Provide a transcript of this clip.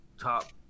top